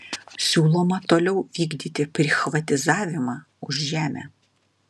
siūloma toliau vykdyti prichvatizavimą už žemę